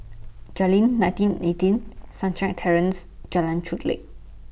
Jayleen nineteen eighteen Sunshine Terrace and Jalan Chulek